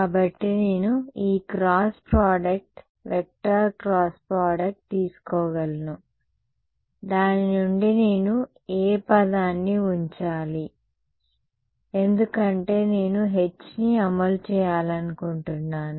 కాబట్టి నేను ఈ cross product vector cross product తీసుకోగలను దాని నుండి నేను ఏ పదాన్ని ఉంచాలి ఎందుకంటే నేను H ని అమలు చేయాలనుకుంటున్నాను